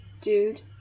dude